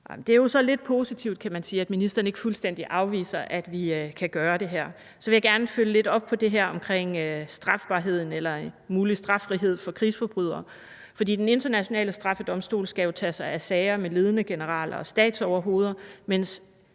Det er jo så lidt positivt, kan man sige, at ministeren ikke fuldstændig afviser, at vi kan gøre det her. Så vil jeg gerne følge op på det her om strafbarhed eller mulig straffrihed for krigsforbrydere. For Den Internationale Straffedomstol skal jo tage sig af sager med ledende generaler og statsoverhoveder, mens